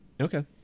Okay